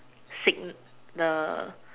sick the